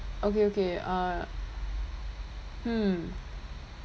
okay okay uh hmm